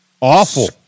awful